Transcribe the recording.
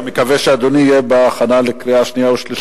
אני מקווה שאדוני יהיה בהכנה לקריאה שנייה ושלישית,